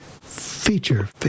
feature